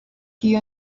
iyo